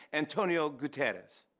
antenio guterres.